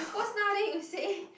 you post now then you say